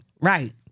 Right